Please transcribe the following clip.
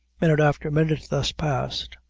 minute after minute thus passed,